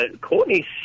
Courtney's